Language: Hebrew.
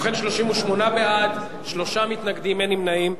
ובכן, 38 בעד, שלושה מתנגדים, אין נמנעים.